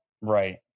Right